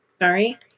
Sorry